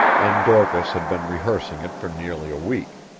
and dorcas had been rehearsing it for nearly a week.